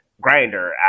Grinder